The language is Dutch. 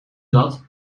dat